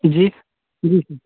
जी जी सर